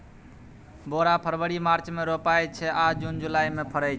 बोरा फरबरी मार्च मे रोपाइत छै आ जुन जुलाई मे फरय छै